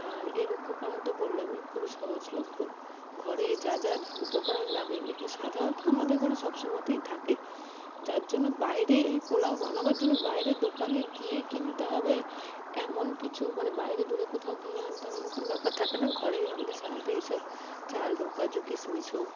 আর এর উপকরণ তো বললামই খুবই সহজলভ্য ঘরে যা যা উপকরণ লাগে এগুলি সাধারণত আমাদের ঘরে সব সময়তেই থাকে যার জন্য বাইরে এই পোলাও বানাবার জন্য বাইরে দোকানে গিয়ে কিনতে হবে এমন কিছু মানে বাইরে দূরে কোথাও গিয়ে আনতে হবে এমন কোনো ব্যাপার থাকে না ঘরে আমাদের সাধারণত এই সব চাল হোক কাজু কিশমিশ হোক